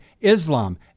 Islam